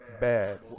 bad